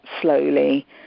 slowly